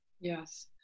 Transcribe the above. Yes